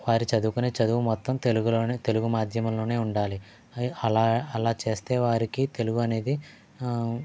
వారు చదువుకునే చదువు మొత్తం తెలుగులోనే తెలుగు మాధ్యమంలోనే ఉండాలి అలా చేస్తే వారికి తెలుగు అనేది ఆ